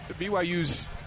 BYU's